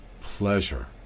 pleasure